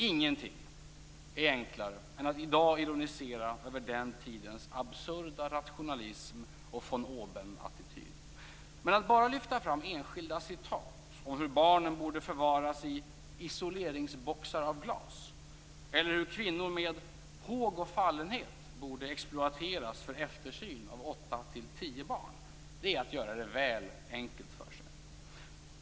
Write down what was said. Ingenting är enklare än att i dag ironisera över den tidens absurda rationalism och von oben-attityd. Men att bara lyfta fram enskilds citat om hur barnen borde förvaras i isoleringsboxar av glas eller hur kvinnor med håg och fallenhet borde exploateras för eftersyn av åtta till tio barn är att göra det väl enkelt för sig.